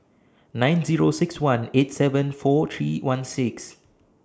nine Zero six one eight seven four three one six